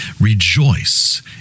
Rejoice